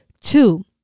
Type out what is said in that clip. Two